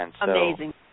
Amazing